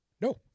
No